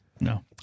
No